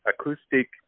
acoustic